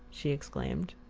she exclaimed.